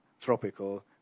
tropical